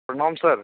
प्रणाम सर